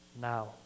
now